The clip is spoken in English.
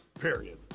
period